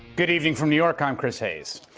good evening from new york. i'm chris hayes.